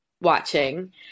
watching